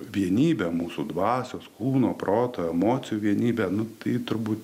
vienybę mūsų dvasios kūno proto emocijų vienybę nu tai turbūt